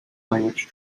language